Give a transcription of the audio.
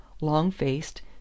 long-faced